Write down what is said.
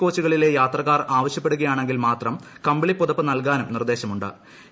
കോച്ചുകളിലെ യാത്രക്കാർ ആവശ്യഉപ്പെടുകയാണെങ്കിൽ മാത്രം കമ്പിളി പുതപ്പ് നൽകാനും നിർദ്ദേശമുണ്ട്ട്